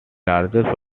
largest